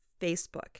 Facebook